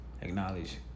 acknowledge